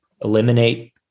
Eliminate